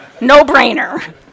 No-brainer